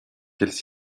quelles